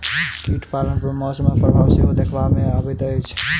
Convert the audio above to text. कीट पालन पर मौसमक प्रभाव सेहो देखबा मे अबैत अछि